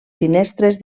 finestres